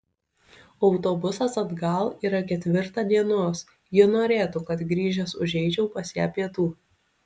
autobusas atgal yra ketvirtą dienos ji norėtų kad grįžęs užeičiau pas ją pietų